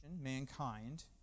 mankind